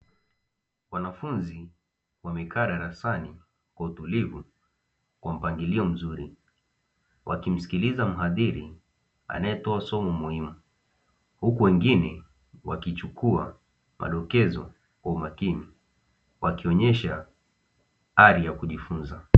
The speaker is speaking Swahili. Wanafunzi wamekaa darasani kwa utulivu kwa mpangilio mzuri wakimsikiliza mhadhiri anayetoa somo muhimu, huku wengine wakichukua madokezo kwa umakini wakionyesha hali ya kujifunza.